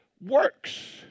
works